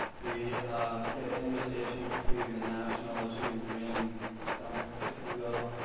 we get invitations to the national achieving the dream summit if you will,